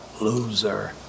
loser